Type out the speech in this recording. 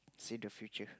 see the future